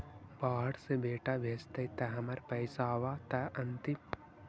बाहर से बेटा भेजतय त हमर पैसाबा त अंतिम?